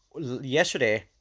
yesterday